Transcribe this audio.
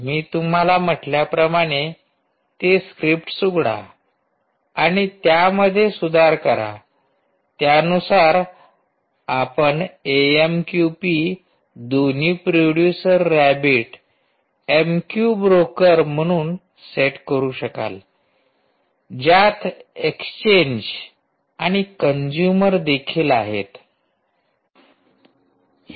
मी तुम्हाला म्हंटल्याप्रमाणे ते स्क्रिप्ट्स उघडा आणि त्यामध्ये सुधार करा त्यानुसार आपण एएमक्यूपी दोन्ही producer rabbit M Q broker म्हणून सेट करू शकाल ज्यात एक्सचेंज आणि कंजूमर देखील आहेत